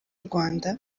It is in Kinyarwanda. rwanda